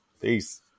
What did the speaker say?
Peace